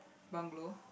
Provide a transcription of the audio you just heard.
bungalow